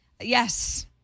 Yes